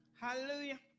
Hallelujah